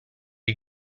you